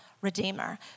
redeemer